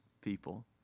people